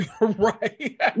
right